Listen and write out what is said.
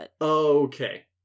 Okay